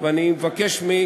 בבקשה.